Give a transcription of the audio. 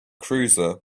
cruiser